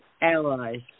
allies